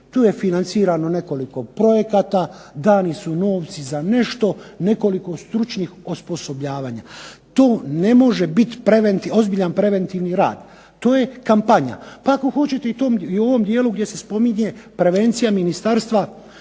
Tu je financirano nekoliko projekata, dani su novci za nešto, nekoliko stručnih osposobljavanja. To ne može biti ozbiljan preventivni rad. To je kampanja, pa ako hoćete i u ovom dijelu gdje se spominje prevencija Ministarstva